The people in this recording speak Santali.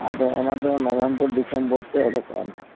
ᱟᱫᱚ ᱚᱱᱟᱫᱚ ᱱᱚᱵᱷᱮᱢᱵᱚᱨ ᱰᱤᱥᱮᱢᱵᱚᱨ ᱛᱮ ᱩᱰᱩᱠᱚᱜᱼᱟ ᱦᱟᱜ